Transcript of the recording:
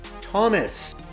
Thomas